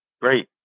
Great